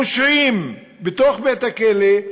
פושעים בתוך בית-הכלא,